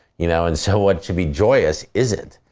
you know and so, what should be joyous, isn't.